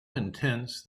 intense